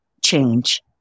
change